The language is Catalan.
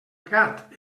gat